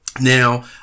Now